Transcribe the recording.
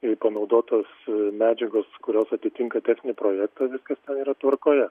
ir panaudotos medžiagos kurios atitinka techninį projektą viskas ten yra tvarkoje